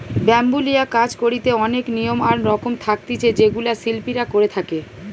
bamboo লিয়া কাজ করিতে অনেক নিয়ম আর রকম থাকতিছে যেগুলা শিল্পীরা করে থাকে